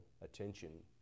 attention